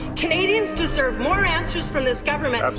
canadians deserve more answers from this government. um